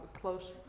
close